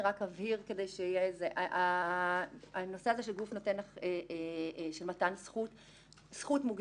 אני רק אבהיר לגבי נושא של מתן זכות מוגדרת.